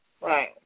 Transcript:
Right